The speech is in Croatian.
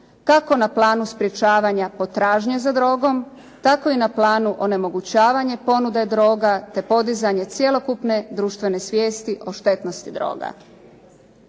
kako na planu sprečavanja potražnje za drogom, tako i na planu onemogućavanja ponude droge te podizanje cjelokupne društvene svijesti o štetnosti droga.